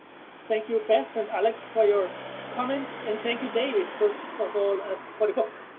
thank you, beth, and i'll explore your comments, and thank you, david, first of all for the book!